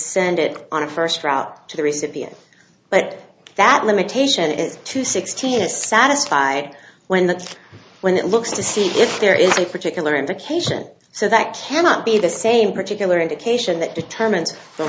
send it on a first route to the recipient but that limitation is to sixteen is satisfied when that's when it looks to see if there is a particular indication so that cannot be the same particular indication that determines the